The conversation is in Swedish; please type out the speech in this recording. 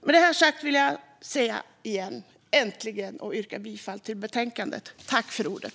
Jag vill än en gång säga: Äntligen! Jag yrkar bifall till förslaget i betänkandet.